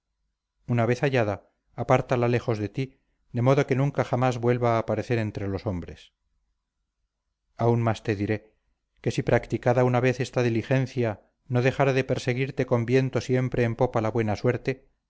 una vez hallada apártala lejos de ti de modo que nunca jamás vuelva a parecer entre los hombres aun más te diré que si practicada una vez esta diligencia no dejara de perseguirte con viento siempre en popa la buena suerte